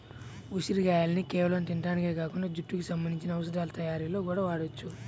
ఉసిరిగాయల్ని కేవలం తింటానికే కాకుండా జుట్టుకి సంబంధించిన ఔషధాల తయ్యారీలో గూడా వాడొచ్చు